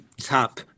top